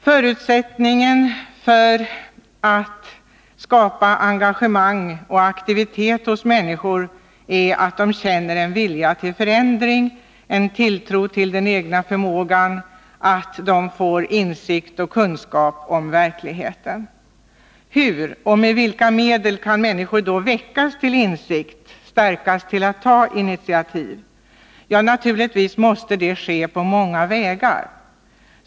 Förutsättningen för engagemang och aktivitet hos människor är att de känner en vilja till förändring, en tilltro till den egna förmågan samt att de får insikt och kunskap om verkligheten. Hur — och med vilka medel — kan människor då väckas till insikt, stärkas till att ta initiativ? Ja, naturligtvis måste det ske på många vägar.